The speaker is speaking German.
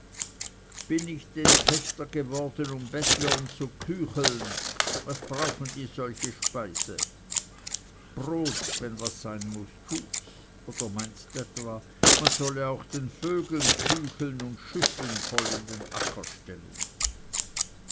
bin ich denn pächter geworden um bettlern zu küchlen was brauchen die solche speise brot wenn was sein muß tuts oder meinst etwa man solle auch den vögeln küchlen und schüsseln voll in den acker stellen